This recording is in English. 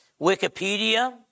Wikipedia